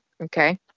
okay